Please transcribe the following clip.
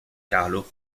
carlo